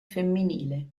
femminile